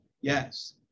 Yes